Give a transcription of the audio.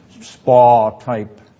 spa-type